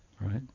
Right